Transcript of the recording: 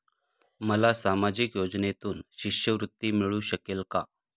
मला सामाजिक योजनेतून शिष्यवृत्ती मिळू शकेल का?